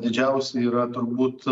didžiausia yra turbūt